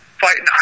fighting